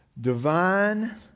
divine